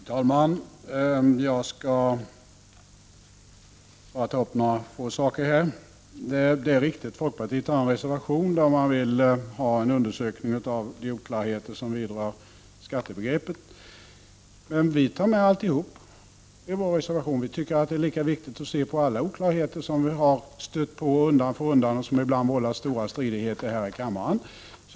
Fru talman! Jag skall bara ta upp några få saker. Det är riktigt att folkpartiet har en reservation där man vill ha en undersökning om oklarheterna i skattebegreppet. Men vi tar med allt i vår reservation, därför att vi tycker att det är lika viktigt att se på alla oklarheter som man stöter på undan för undan och som ibland vållar stora stridigheter här i kammaren.